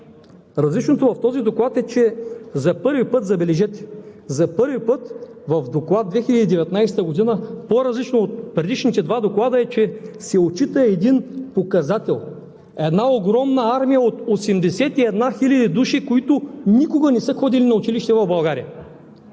различното в този доклад е, че за първи път, забележете, за първи път в Доклад 2019 г. по-различното от предишните два доклада е, че се отчита един показател, една огромна армия от 81 хил. души, които никога не са ходили на училище в България.